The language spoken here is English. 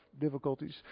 difficulties